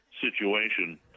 situation